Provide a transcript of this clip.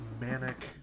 manic